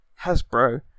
Hasbro